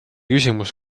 küsimus